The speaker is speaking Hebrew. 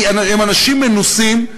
כי הם אנשים מנוסים,